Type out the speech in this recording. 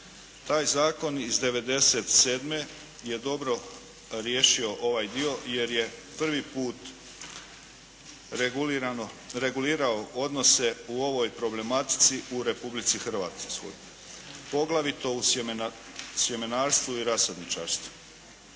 Taj zakon iz '97. je dobro riješio ovaj dio jer je prvi put regulirao odnose u ovoj problematici u Republici Hrvatskoj, poglavito u sjemenarstvu i rasadničarstvu.